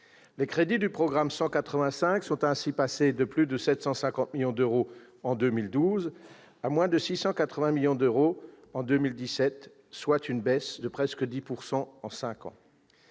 Les crédits du programme 185 sont ainsi passés de plus de 750 millions d'euros en 2012 à moins de 680 millions d'euros en 2017, soit une baisse de presque 10 % en cinq ans.